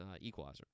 equalizer